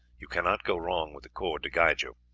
you cannot go wrong with the cord to guide you.